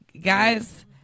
guys